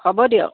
হ'ব দিয়ক